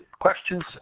questions